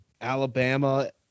Alabama